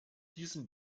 diesen